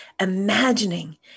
imagining